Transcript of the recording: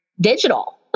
digital